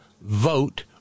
vote